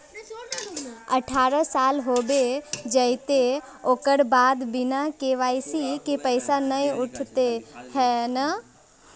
अठारह साल होबे जयते ओकर बाद बिना के.वाई.सी के पैसा न उठे है नय?